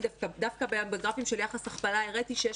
דווקא בגרפים של יחס הכפלה הראיתי שיש